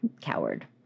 Coward